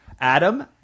Adam